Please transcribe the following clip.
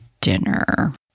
dinner